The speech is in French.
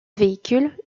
véhicule